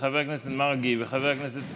ציבוריים וברשויות המקומיות (תיקוני חקיקה),